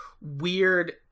weird